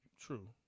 true